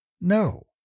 No